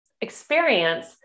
experience